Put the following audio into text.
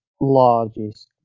Largest